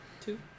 Two